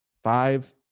Five